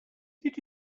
did